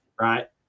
Right